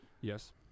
Yes